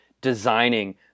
designing